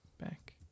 Back